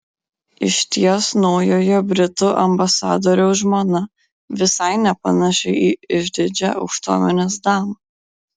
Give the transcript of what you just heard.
išties naujojo britų ambasadoriaus žmona visai nepanaši į išdidžią aukštuomenės damą